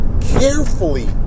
carefully